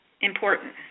important